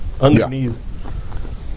Underneath